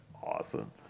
awesome